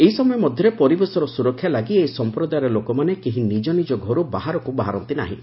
ଏହି ସମୟ ମଧ୍ୟରେ ପରିବେଶର ସୁରକ୍ଷା ଲାଗି ଏହି ସମ୍ପ୍ରଦାୟର ଲୋକମାନେ କେହି ନିକ ନିକ ଘରୁ ବାହାରକୁ ବାହାରନ୍ତି ନାହିଁ